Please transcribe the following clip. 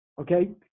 Okay